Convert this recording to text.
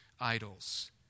idols